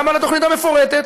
גם על התוכנית המפורטת,